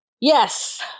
Yes